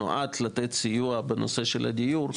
שנועד לתת סיוע בנושא הדיור,